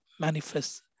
manifest